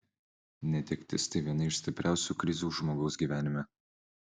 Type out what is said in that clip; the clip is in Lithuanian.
netektis tai viena iš stipriausių krizių žmogaus gyvenime